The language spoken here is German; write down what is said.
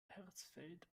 hersfeld